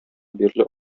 бирле